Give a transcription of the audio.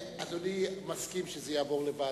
אדוני מסכים שזה יעבור לוועדה.